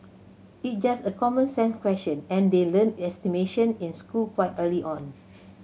it's just a common sense question and they learn estimation in school quite early on